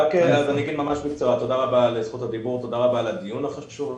על זכות הדיבור, תודה רבה על הדיון החשוב.